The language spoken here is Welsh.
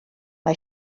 mae